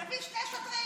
תביא שני שוטרים,